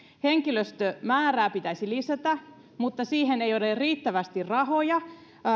henkilöstömäärää pitäisi lisätä mutta siihen ei ole ole riittävästi rahoja